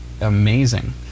amazing